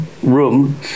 room